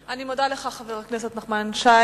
אני מודה לך, חבר הכנסת נחמן שי.